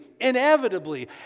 inevitably